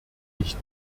nicht